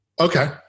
Okay